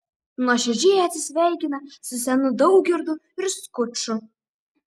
nuoširdžiai atsisveikina su senu daugirdu ir skuču